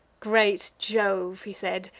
great jove, he said,